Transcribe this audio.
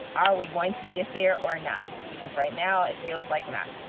are we going to get there or not? because right now it feels like not.